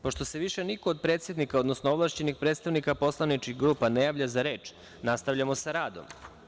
Pošto se više niko od predsednika, odnosno ovlašćenih predstavnika poslaničkih grupa ne javlja za reč, nastavljamo sa radom.